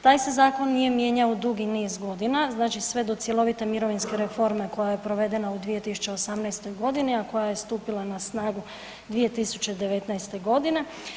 Taj se zakon nije mijenjao dugi niz godina, znači sve do cjelovite mirovinske reforme koja je provedena u 2018.g., a koja je stupila na snagu 2019.g.